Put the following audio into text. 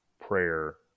prayer